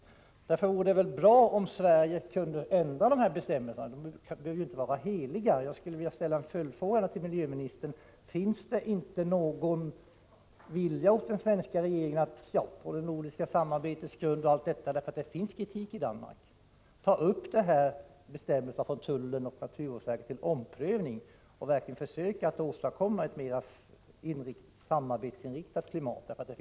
Därför vore det bra om Sverige kunde ändra sina bestämmelser på denna punkt. De kan ju inte vara heliga. Jag vill ställa en följdfråga till miljöministern: Finns det inte någon vilja hos den svenska regeringen, bl.a. med tanke på det nordiska samarbetet — det förekommer ju kritik i Danmark på den här punkten — att ta upp tullverkets och naturvårdsverkets bestämmelser till omprövning och att försöka åstadkomma ett mera samarbetsinriktat klimat?